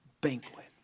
banquet